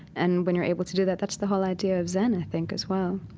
and when you're able to do that, that's the whole idea of zen, i think, as well.